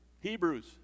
Hebrews